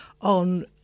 on